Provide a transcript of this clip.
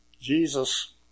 Jesus